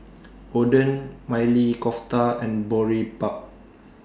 Oden Maili Kofta and Boribap